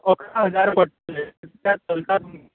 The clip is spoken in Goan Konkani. पंदरा हजार पडटले इतल्यान चलता